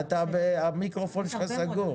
המיקרופון שלך סגור.